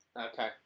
Okay